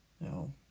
No